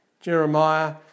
Jeremiah